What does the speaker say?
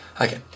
Okay